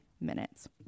minutes